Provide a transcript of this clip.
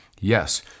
Yes